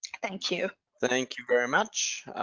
thank you thank you very much.